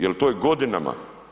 Jer to je godinama.